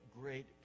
great